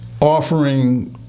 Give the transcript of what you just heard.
Offering